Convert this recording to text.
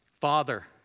Father